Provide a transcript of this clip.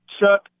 Chuck